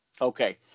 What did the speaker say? Okay